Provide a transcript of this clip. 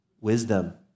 Wisdom